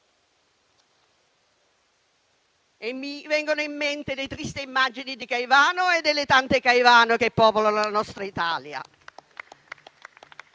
Mi vengono in mente le tristi immagini di Caivano e delle tante Caivano che popolano la nostra Italia.